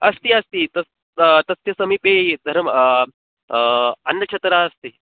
अस्ति अस्ति तत् तस्य समीपे धरम् अन्नछत्रम् अस्ति